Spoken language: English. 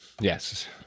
Yes